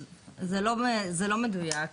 זה לא מדויק.